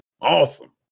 Awesome